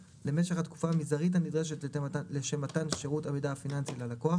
למשך התקופה המזערית הנדרשת לשם מתן שירות המידע הפיננסי ללקוח